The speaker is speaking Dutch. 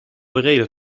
bereden